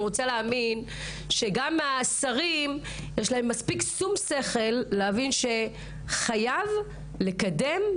רוצה להאמין שגם לשרים יש מספיק שום שכל להבין שחייבים לקדם,